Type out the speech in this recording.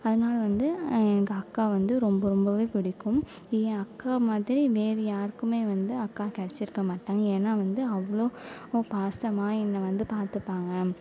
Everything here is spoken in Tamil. அதனால வந்து எங்கள் அக்கா வந்து ரொம்ப ரொம்பவே பிடிக்கும் என் அக்கா மாதிரி வேற யாருக்குமே வந்து அக்கா கிடச்சிருக்க மாட்டாங்க ஏன்னா வந்து அவ்வளோ பாசமாக என்னை வந்து பார்த்துப்பாங்க